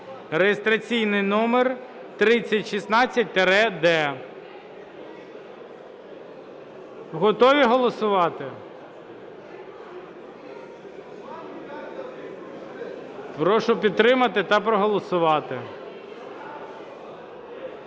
(реєстраційний номер 3016-д). Готові голосувати? Прошу підтримати та проголосувати.